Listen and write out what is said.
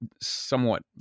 somewhat